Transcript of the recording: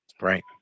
Right